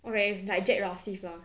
okay like jade ruskin lah